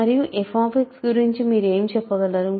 మరియు f గురించి మీరు ఏమి చెప్పగలరు